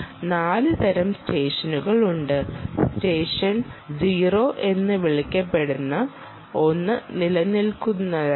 അതിനാൽ 4 തരം സ്റ്റെഷനുകളുണ്ട് സ്റ്റെഷൻ 0 എന്ന് വിളിക്കപ്പെടുന്ന ഒന്ന് നിലനിൽക്കുന്നതല്ല